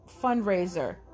fundraiser